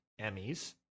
Emmys